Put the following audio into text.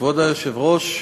כבוד היושב-ראש,